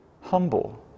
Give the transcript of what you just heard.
humble